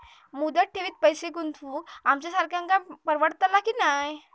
मुदत ठेवीत पैसे गुंतवक आमच्यासारख्यांका परवडतला की नाय?